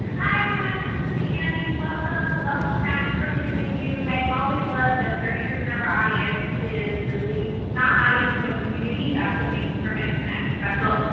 everyone, this is annie, welcome. welcome back for many of you. i always love that thirty percent of our audience is really, not audience, but community. that's what makes prevent connect special.